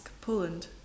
Poland